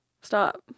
Stop